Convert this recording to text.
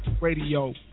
radio